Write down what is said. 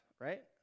Right